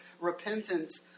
repentance